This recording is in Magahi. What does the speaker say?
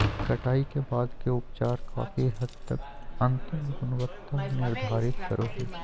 कटाई के बाद के उपचार काफी हद तक अंतिम गुणवत्ता निर्धारित करो हइ